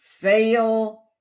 fail